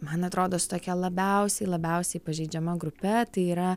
man atrodo su tokia labiausiai labiausiai pažeidžiama grupe tai yra